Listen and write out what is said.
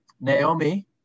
Naomi